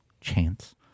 Chance